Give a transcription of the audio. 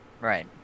Right